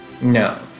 No